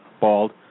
bald